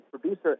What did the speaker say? producer